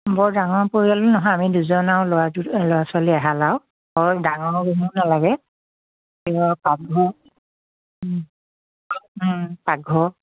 বৰ ডাঙৰ পৰিয়ালো নহয় আমি দুজন আও ল'ৰাটো ল'ৰা ছোৱালী এহাল আৰু বৰ ডাঙৰ ৰূমৰ নালাগে গোসাঁইঘৰ পাকঘৰ পাকঘৰ